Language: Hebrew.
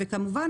וכמובן,